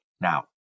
Now